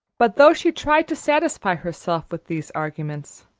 but though she tried to satisfy herself with these arguments,